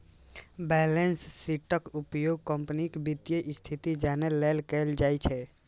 balance शीटक उपयोग कंपनीक वित्तीय स्थिति जानै लेल कैल जाइ छै